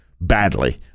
badly